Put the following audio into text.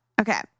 Okay